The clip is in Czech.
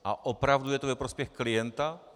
A opravdu je to ve prospěch klienta?